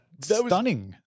stunning